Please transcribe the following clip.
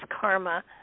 karma